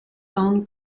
own